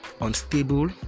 unstable